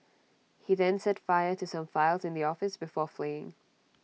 he then set fire to some files in the office before fleeing